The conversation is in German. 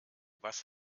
was